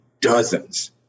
dozens